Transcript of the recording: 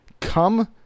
come